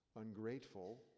ungrateful